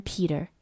Peter